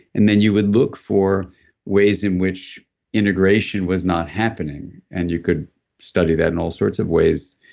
and then you would look for ways in which integration was not happening, and you could study that in all sorts of ways,